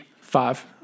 Five